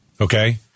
Okay